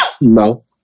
No